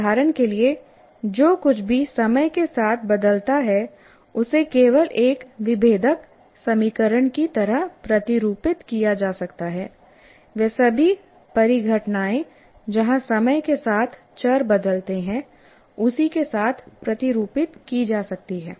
उदाहरण के लिए जो कुछ भी समय के साथ बदलता है उसे केवल एक विभेदक समीकरण की तरह प्रतिरूपित किया जा सकता है वे सभी परिघटनाएँ जहाँ समय के साथ चर बदलते हैं उसी के साथ प्रतिरूपित की जा सकती हैं